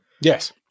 Yes